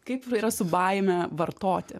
kaip ir yra su baime vartoti